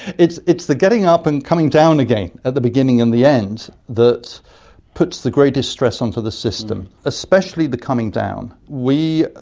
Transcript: it's it's the getting up and coming down again at the beginning and the end that puts the greatest stress onto the system, especially the coming down. we,